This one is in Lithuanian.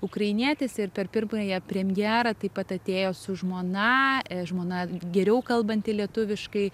ukrainietis ir per pirmąją premjerą taip pat atėjo su žmona žmona geriau kalbanti lietuviškai